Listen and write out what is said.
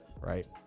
right